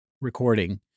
recording